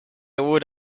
would